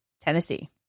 Tennessee